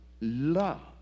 love